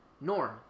Norm